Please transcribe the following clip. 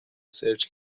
سرچ